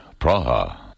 Praha